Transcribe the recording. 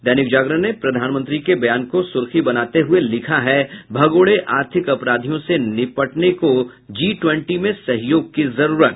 दैनिक जागरण ने प्रधानमंत्री के बयान को सुर्खी बनाते हुये लिखा है भगोड़े आर्थिक अपराधियों से निपटने को जी ट्वेंटी में सहयोग की जरूरत